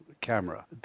camera